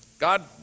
God